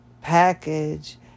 package